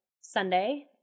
sunday